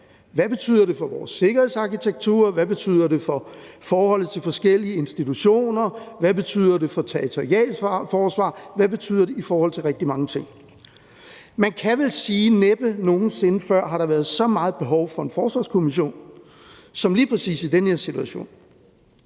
Hvad betyder det for vores sikkerhedsarkitektur? Hvad betyder det for forholdet til forskellige institutioner? Hvad betyder det for territorialforsvaret? Hvad betyder det i forhold til rigtig mange ting? Man kan vel sige, at næppe nogen sinde før har der været så meget behov for en forsvarskommission som lige præcis i den her situation.